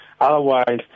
otherwise